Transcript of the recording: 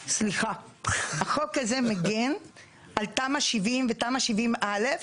החוק הזה מגן על תמ"א 70 ותמ"א 71א',